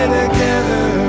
together